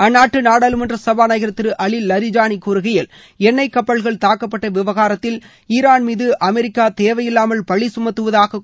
அந்நாட்டு நாடாளுமன்ற சபா நாயக்கர் திரு அலி வரிஜானி கூறுகையில் எண்ணெய் கப்பல்கள் தாக்கப்பட்ட விவகாரத்தில் ஈரான் மீது அமெரிக்கா தேவையில்லாமல் பழி சுமத்துவதாக குற்றம்சாட்டினார்